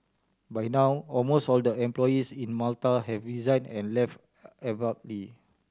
by now almost all the employees in Malta have resign and left abruptly